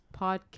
podcast